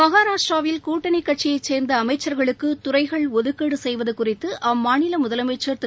மகாராஷ்ட்ராவில் கூட்டணி கட்சியைச் சேர்ந்த அமைச்சர்களுக்கு துறைகள் ஒதுக்கீடு செய்வது குறித்து அம்மாநில முதலமைச்சர் திரு